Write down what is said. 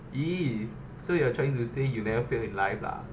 !ee! so you are trying to say you never fail in life lah